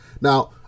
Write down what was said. now